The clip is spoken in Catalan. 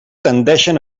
tendeixen